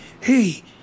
Hey